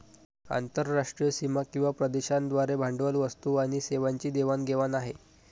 आंतरराष्ट्रीय सीमा किंवा प्रदेशांद्वारे भांडवल, वस्तू आणि सेवांची देवाण घेवाण आहे